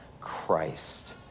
Christ